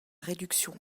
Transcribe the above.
réduction